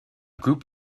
group